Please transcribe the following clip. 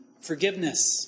Forgiveness